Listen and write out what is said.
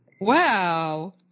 Wow